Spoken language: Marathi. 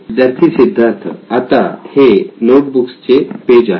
विद्यार्थी सिद्धार्थ आता हे नोट बुक्स चे पेज आहे